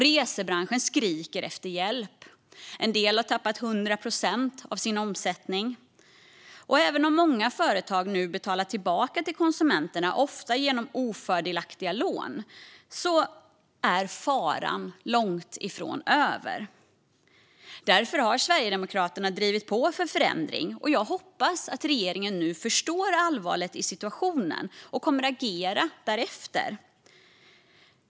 Resebranschen skriker efter hjälp. En del har tappat 100 procent av sin omsättning. Även om många företag nu betalat tillbaka till konsumenterna, ofta genom ofördelaktiga lån, är faran långt ifrån över. Därför har Sverigedemokraterna drivit på för förändring, och jag hoppas att regeringen nu förstår allvaret i situationen och kommer att agera därefter.